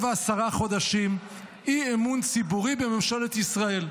ועשרה חודשים אי-אמון ציבורי בממשלת ישראל.